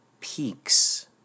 Peaks